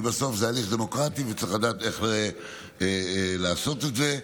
כי בסוף זה הליך דמוקרטי וצריך לדעת איך לעשות את זה.